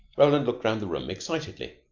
roland looked round the room excitedly.